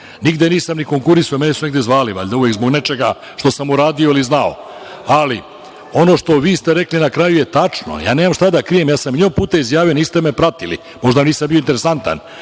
znate. Nigde nisam ni konkurisao. Mene su negde zvali. Uvek zbog nečega što sam uradio ili znao, ali ono što ste vi rekli na kraju je tačno. Ja nemam šta da krijem. Ja sa milion puta izjavio, niste me pratili. Možda nisam bio interesantan.